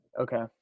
Okay